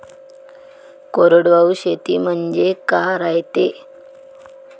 कोरडवाहू शेती म्हनजे का रायते?